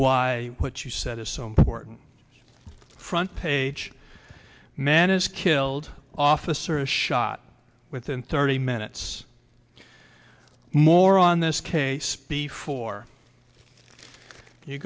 why what you said is so important front page man is killed officer shot within thirty minutes more on this case before you